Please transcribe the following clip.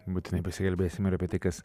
būtinai pasikalbėsim ir apie tai kas